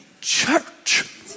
church